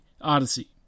Odyssey